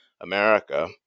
America